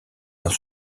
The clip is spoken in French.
dans